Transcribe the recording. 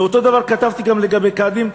ואותו דבר כתבתי גם לגבי קאדים,